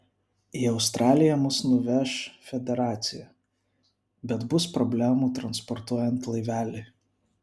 į australiją mus nuveš federacija bet bus problemų transportuojant laivelį